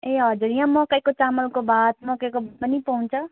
ए हजुर यहाँ मकैको चामलको भात मकैको पनि पाउँछ